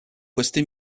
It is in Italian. queste